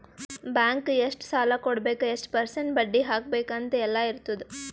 bank ಎಷ್ಟ ಸಾಲಾ ಕೊಡ್ಬೇಕ್ ಎಷ್ಟ ಪರ್ಸೆಂಟ್ ಬಡ್ಡಿ ಹಾಕ್ಬೇಕ್ ಅಂತ್ ಎಲ್ಲಾ ಇರ್ತುದ್